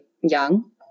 young